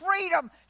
freedom